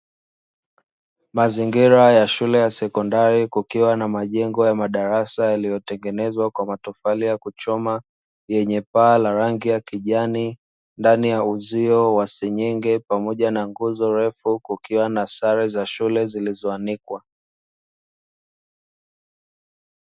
Mazingira ya shule ya sekondari kukiwa na majengo ya madarasa yaliyotengenezwa kwa matofali ya kuchoma, yenye paa la rangi ya kijani ndani ya uzio wa senyenge pamoja na nguzo refu kukiwa na sare za shule zilizoanikwa.